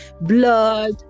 blood